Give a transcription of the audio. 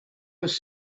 was